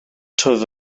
twf